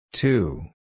Two